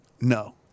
No